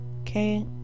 Okay